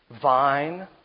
vine